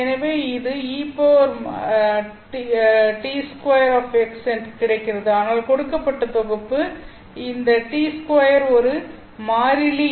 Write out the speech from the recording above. எனக்கு e t2 கிடைக்கிறது ஆனால் கொடுக்கப்பட்ட தொகுப்பு இந்த t2 ஒரு மாறிலி